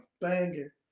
Banger